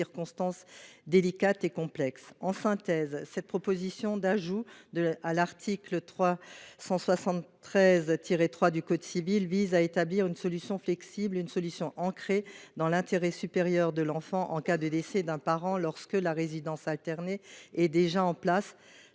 délicates et complexes. En résumé, cette proposition d’ajout à l’article 373 3 du code civil vise à permettre une solution flexible dans l’intérêt supérieur de l’enfant en cas de décès d’un parent lorsque la résidence alternée est déjà en place.